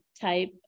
type